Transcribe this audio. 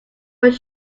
was